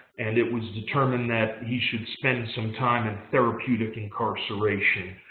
and it was determined that he should spend some time in therapeutic incarceration.